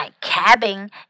cabin